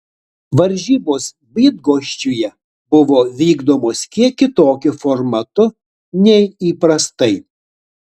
varžybos bydgoščiuje buvo vykdomos kiek kitokiu formatu nei įprastai